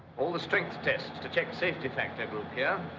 all the strength tests to check safety factor grouped here.